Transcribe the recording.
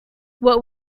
what